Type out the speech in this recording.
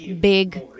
big